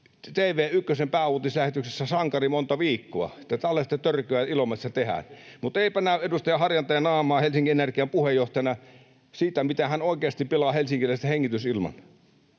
TV1:n pääuutislähetyksessä sankari monta viikkoa, että tällaista törkyä Ilomantsissa tehdään. Mutta eipä näy edustaja Harjanteen naamaa Helsingin Energian puheenjohtajana siitä, miten hän oikeasti pilaa helsinkiläisten hengitysilman.